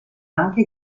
anche